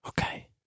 Okay